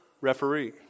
referee